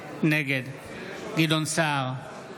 נגד גדעון סער,